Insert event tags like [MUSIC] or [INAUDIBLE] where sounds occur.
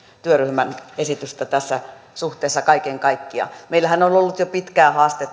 työryhmän esitystä tässä suhteessa kaiken kaikkiaan meillähän on ollut jo pitkään haaste [UNINTELLIGIBLE]